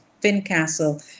Fincastle